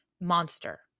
monster